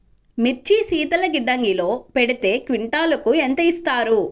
మిర్చి శీతల గిడ్డంగిలో పెడితే క్వింటాలుకు ఎంత ఇస్తారు?